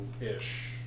ish